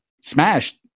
Smashed